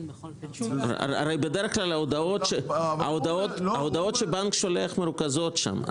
הרי בדרך כלל ההודעות שהבנק שולח מרוכזות שם.